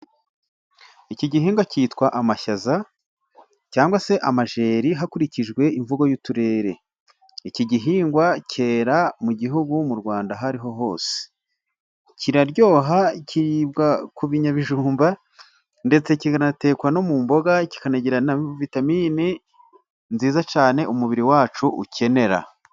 Iki gihingwa cyitwa amashyaza, cyangwa se amajeri, hakurikijwe imvugo y'uturere, iki gihingwa cyera mu gihugu, mu Rwanda, aho ariho hose, kiraryoha, kiribwa ku binyabijumba, ndetse kikanatekwa no mu mboga, kikanagira vitamin nziza cyane, umubiri wacu ukenera.